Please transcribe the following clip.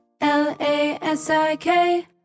L-A-S-I-K